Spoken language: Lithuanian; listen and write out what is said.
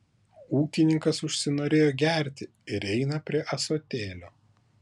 ūkininkas užsinorėjo gerti ir eina prie ąsotėlio